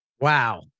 Wow